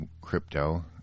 crypto